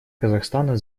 казахстана